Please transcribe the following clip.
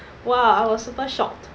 !wah! I was super shocked